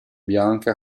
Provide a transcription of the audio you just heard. bianche